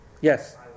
Yes